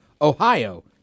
Ohio